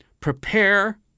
Prepare